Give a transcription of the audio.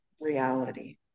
reality